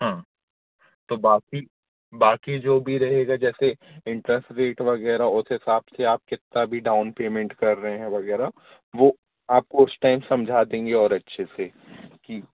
हाँ तो बाकी बाकी जो भी रहेगा जैसे इंटरस्ट रेट वगैरह उस हिसाब से आप कितना भी डाउन पेमेंट कर रहे हैं वगैरह वो आपको उस टाइम समझा देंगे और अच्छे से कि